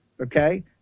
okay